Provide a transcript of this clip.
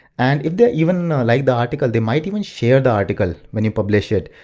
and if they even like the article, they might even share the article when you publish it.